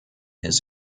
his